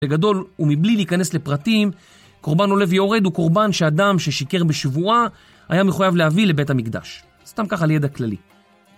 בגדול, ומבלי להיכנס לפרטים, קורבן עולה ויורד הוא קורבן שאדם ששיקר בשבועה היה מחויב להביא לבית המקדש. סתם ככה לידע כללי.